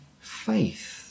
faith